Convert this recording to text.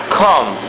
come